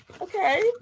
Okay